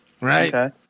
Right